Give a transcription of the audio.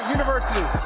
University